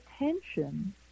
attention